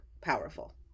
powerful